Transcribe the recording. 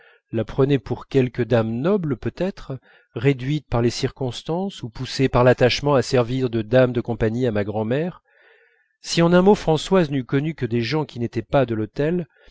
la prenaient pour quelque dame noble peut-être réduite par les circonstances ou poussée par l'attachement à servir de dame de compagnie à ma grand'mère si en un mot françoise n'eût connu que des gens qui n'étaient pas de l'hôtel